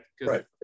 right